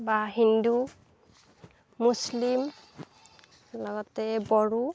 বা হিন্দু মুছলিম তেনেকুৱাতে বড়ো